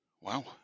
Wow